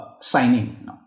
signing